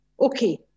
okay